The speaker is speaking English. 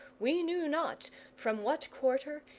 we knew not from what quarter,